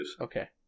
Okay